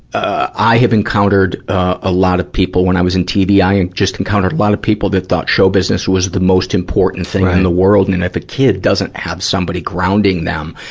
ah i have encountered, ah, a lot of people. when i was in tv, i and just encountered a lot of people that thought show business was the most important thing in the world. and and if a kid doesn't have somebody grounding them,